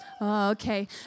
Okay